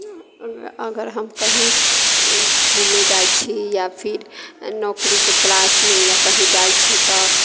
अगर हम कहीँ घूमय जाइत छी या फेर नौकरीके तलाशमे या कहीँ जाइत छी तऽ